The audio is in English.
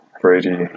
Brady